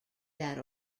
that